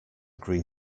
green